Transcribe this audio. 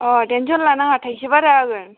अ' थेनसन लानाङा थाइसे बारा होगोन